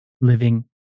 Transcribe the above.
living